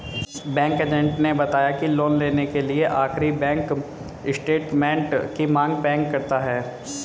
bank agent ने बताया की लोन लेने के लिए आखिरी बैंक स्टेटमेंट की मांग बैंक करता है